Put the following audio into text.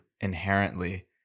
inherently